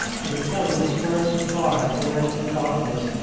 but a dozen squirts of fire came out of the darkness,